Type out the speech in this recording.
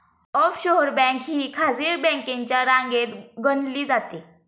offshore bank ही खासगी बँकांच्या रांगेत गणली जाते